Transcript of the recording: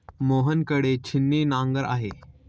मोहन कडे छिन्नी नांगर आहे